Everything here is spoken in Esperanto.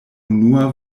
unua